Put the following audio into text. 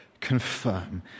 confirm